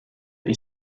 est